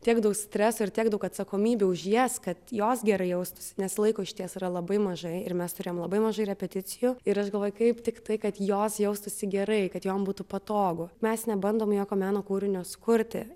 tiek daug streso ir tiek daug atsakomybių už jas kad jos gerai jaustųsi nes laiko išties yra labai mažai ir mes turėjom labai mažai repeticijų ir aš galvoju kaip tik tai kad jos jaustųsi gerai kad jom būtų patogu mes nebandom jokio meno kūrinio sukurti